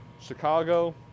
Chicago